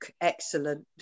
excellent